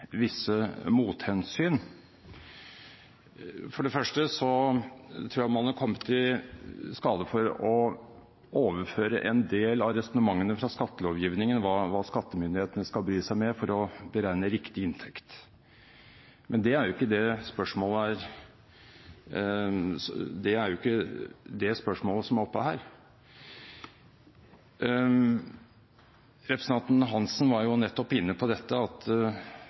visse mothensyn. For det første tror jeg man har kommet i skade for å overføre en del av resonnementene fra skattelovgivningen – hva skattemyndighetene skal bry seg med for å beregne riktig inntekt. Det er ikke det spørsmålet som er oppe her. Representanten Hansen var nettopp inne på at